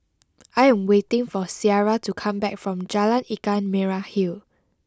I am waiting for Ciara to come back from Jalan Ikan Merah Hill